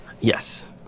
Yes